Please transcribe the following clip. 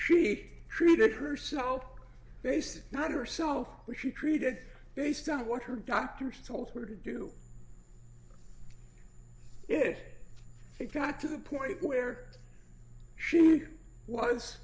sheet treated herself basic not herself but she treated based on what her doctors told her to do if it got to the point where she was